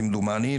כמדומני,